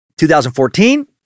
2014